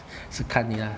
是看你啦